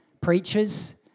preachers